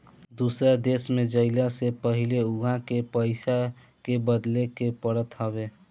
दूसरा देश में जइला से पहिले उहा के पईसा के बदले के पड़त हवे